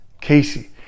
Casey